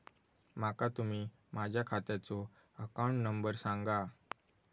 माका तुम्ही माझ्या खात्याचो अकाउंट नंबर सांगा?